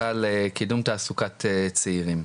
אחראי על קידום תעסוקת צעירים.